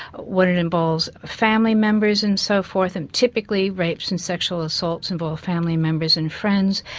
when it involves family members and so forth, and typically rapes and sexual assaults involve family members and friends,